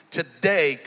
today